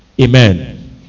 amen